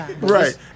Right